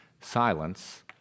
silence